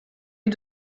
est